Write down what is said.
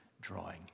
drawing